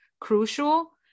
crucial